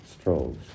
strolls